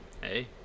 Hey